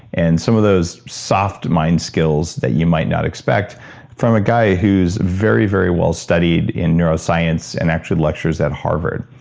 and some of those soft mind skills that you might not expect from a guy whose very, very well studied in neuroscience and actually lectures at harvard.